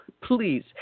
please